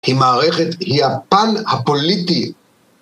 כי מערכת היא הפן הפוליטי